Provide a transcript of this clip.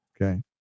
Okay